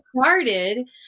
started